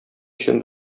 өчен